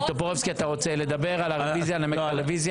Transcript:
טופורובסקי, אתה רוצה לנמק את הרוויזיה?